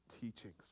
teachings